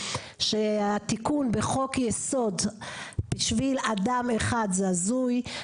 שהתיקון בחוק יסוד בשביל אדם אחד זה הזוי,